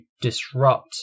disrupt